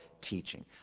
teaching